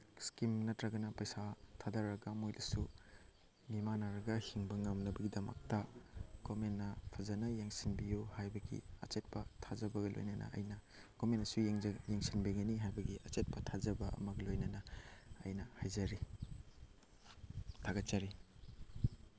scheme ꯅꯠꯇ꯭ꯔꯒꯅ ꯄꯩꯁꯥ ꯊꯥꯊꯔꯒ ꯃꯣꯏꯗꯁꯨ ꯃꯤꯃꯥꯟꯅꯔꯒ ꯍꯤꯡꯕ ꯉꯝꯅꯕꯒꯤꯗꯃꯛꯇ ꯒꯣꯔꯃꯦꯟꯅ ꯐꯖꯅ ꯌꯦꯡꯁꯤꯟꯕꯤꯌꯨ ꯍꯥꯏꯕꯒꯤ ꯑꯆꯦꯠꯄ ꯌꯥꯖꯕꯒ ꯂꯣꯏꯅꯅ ꯑꯩꯅ ꯒꯣꯔꯃꯦꯟꯅꯁꯨ ꯌꯦꯡꯁꯤꯟꯕꯤꯒꯅꯤ ꯍꯥꯏꯕꯒꯤ ꯑꯆꯦꯠꯄ ꯊꯥꯖꯕ ꯑꯃꯒ ꯂꯣꯏꯅꯅ ꯑꯩꯅ ꯍꯥꯏꯖꯔꯤ ꯍꯥꯏꯖꯔꯤ